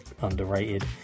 underrated